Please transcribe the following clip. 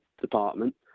department